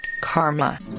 karma